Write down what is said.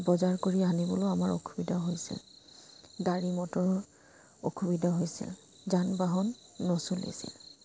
বজাৰ কৰি আনিবলৈও আমাৰ অসুবিধা হৈছিল গাড়ী মটৰৰ অসুবিধা হৈছিল যান বাহন নচলিছিল